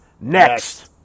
next